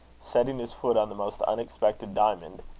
setting his foot on the most unexpected diamond,